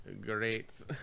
great